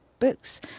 Books